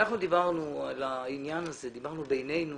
אנחנו דיברנו על העניין הזה בינינו